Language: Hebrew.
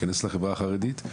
להיכנס לחברה החרדית.